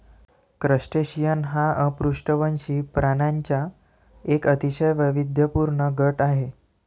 crustacean हा अपृष्ठवंशी प्राण्यांचा एक अतिशय वैविध्यपूर्ण गट आहे